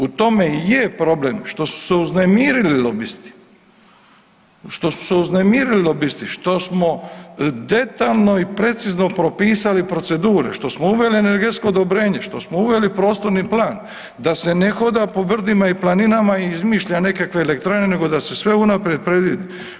U tome i je problem što su se uznemirili lobisti, što su se uznemirili lobisti što smo detaljno i precizno propisali procedure, što smo uveli energetsko odobrenje, što smo uveli prostorni plan da se ne hoda po brdima i planinama i izmišlja nekakve elektrane nego da se sve unaprijed predvidi.